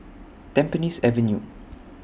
Tampines Avenue